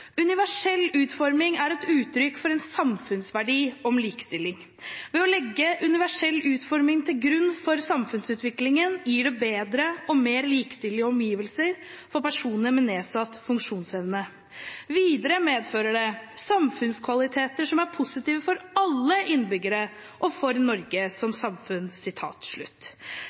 utforming er uttrykk for en samfunnsverdi om likestilling. Ved å legge universell utforming til grunn for samfunnsutviklingen gir dette bedre og mer likestilte omgivelser for personer med nedsatt funksjonsevne. Videre medfører det samfunnskvaliteter som er positive for alle innbyggere og for Norge som samfunn.»